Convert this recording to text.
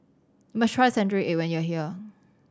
must try century egg when you are here